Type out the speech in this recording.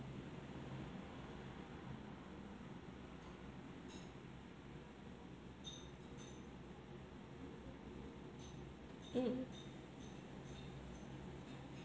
mm